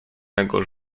mego